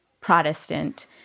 Protestant